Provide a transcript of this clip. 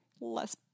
less